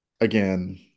Again